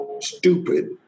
stupid